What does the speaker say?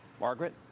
Margaret